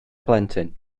plentyn